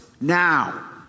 now